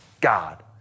God